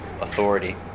authority